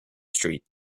street